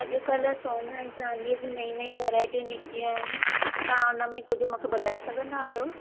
अॼु कल्ह सोना ऐं चांदियूं जी नई नई वेरायटी निकतियूं आहिनि तव्हां उन में कुझु मूंखे ॿुधाए सघंदा आहियो